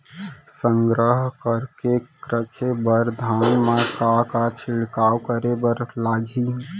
संग्रह करके रखे बर धान मा का का छिड़काव करे बर लागही?